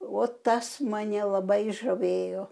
o tas mane labai žavėjo